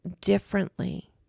differently